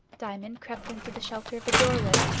diamond crept into the shelter of a doorway,